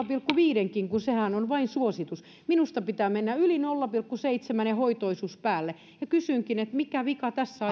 pilkku viidenkin kun sehän on vain suositus minusta pitää mennä yli nolla pilkku seitsemän ja hoitoisuus päälle kysynkin mikä vika tässä